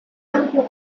ampio